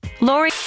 Lori